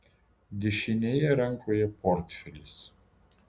dešinėje rankoje portfelis